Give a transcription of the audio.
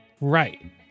right